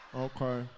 Okay